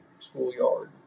Schoolyard